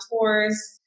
tours